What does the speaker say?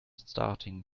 starting